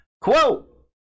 Quote